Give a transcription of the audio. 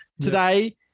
today –